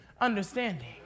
understanding